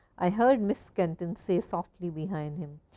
i heard miss kenton say softly behind him,